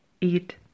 eat